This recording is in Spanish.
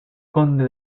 conde